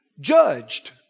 judged